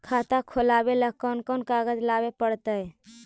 खाता खोलाबे ल कोन कोन कागज लाबे पड़तै?